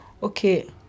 Okay